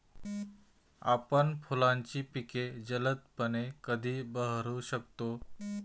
आपण फुलांची पिके जलदपणे कधी बहरू शकतो?